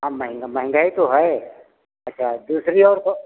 हाँ महंगा महंगाई तो है अच्छा दूसरी और कौ